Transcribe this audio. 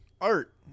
Art